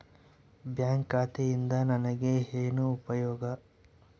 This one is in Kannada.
ಬ್ಯಾಂಕ್ ಖಾತೆಯಿಂದ ನನಗೆ ಏನು ಉಪಯೋಗ?